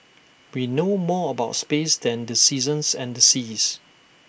we know more about space than the seasons and the seas